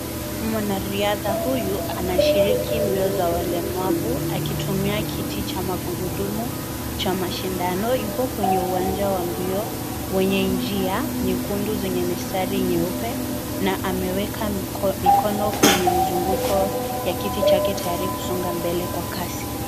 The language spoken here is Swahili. Mwanariadha huyu anashiriki mbio za walemavu akitumia kiti cha magurudumu, cha mashindano. Yupo kwenye uwanja wa mbio wenye njia nyekundu zenye mistari nyeupe, na ameweka mikono kwenye mizunguko ya kiti chake tayari kusonga mbele kwa kasi.